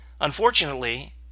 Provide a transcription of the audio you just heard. Unfortunately